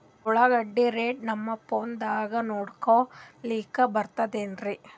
ಉಳ್ಳಾಗಡ್ಡಿ ರೇಟ್ ನಮ್ ಫೋನದಾಗ ನೋಡಕೊಲಿಕ ಬರತದೆನ್ರಿ?